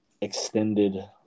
extended